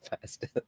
faster